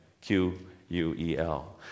Q-U-E-L